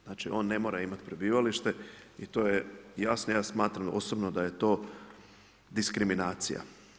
Znači on ne mora imati prebivalište i to je jasno, ja smatram osobno da je to diskriminacija.